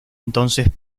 entonces